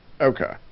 Okay